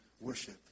worship